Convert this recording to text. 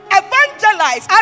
evangelize